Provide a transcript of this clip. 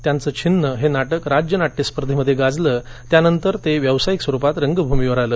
त्यांचं छिन्न हे नाटक राज्य नाट्यस्पर्धेमध्ये गाजलं त्यानंतर ते व्यावसायिक स्वरूपात रंगभूमीवर आलं